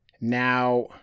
Now